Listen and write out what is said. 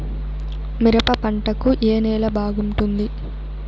మిరప పంట కు ఏ నేల బాగుంటుంది?